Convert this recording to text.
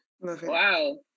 Wow